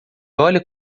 olha